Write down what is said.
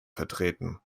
vertreten